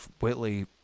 Whitley